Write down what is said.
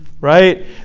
right